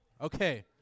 Okay